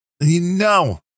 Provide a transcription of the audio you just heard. No